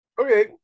Okay